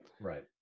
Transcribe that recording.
Right